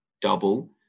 double